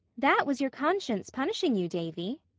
that was your conscience punishing you, davy.